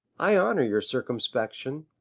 i honour your circumspection.